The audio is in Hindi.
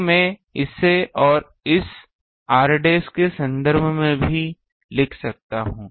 तो मैं इसे और इस r डैश के संदर्भ में भी लिख सकता हूं